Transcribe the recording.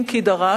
אם כי דרש,